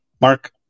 Mark